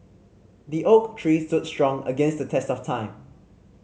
the oak tree stood strong against the test of time